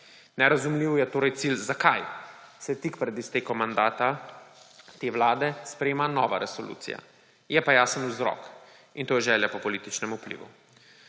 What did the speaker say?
Nerazumljiv je torej cilj, zakaj se tik pred iztekom mandata te vlade sprejema nova resolucija. Je pa jasen vzrok. In to je želja po političnem vplivu.